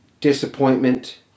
disappointment